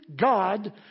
God